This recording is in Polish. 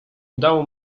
udało